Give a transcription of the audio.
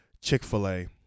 Chick-fil-A